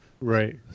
Right